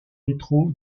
métro